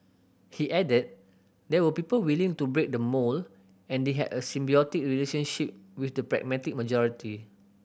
he added there were people willing to break the mould and they had a symbiotic relationship with the pragmatic majority